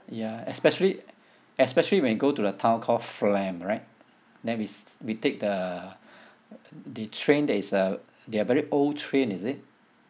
ya especially especially when you go to the town called flam right and then we we take the the train that is uh they are very old train is it